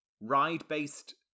ride-based